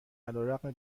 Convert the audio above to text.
علیرغم